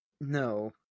No